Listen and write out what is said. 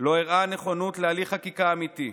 לא הראה נכונות להליך חקיקה אמיתי.